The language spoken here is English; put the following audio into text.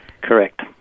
Correct